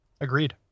agreed